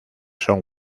son